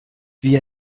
wie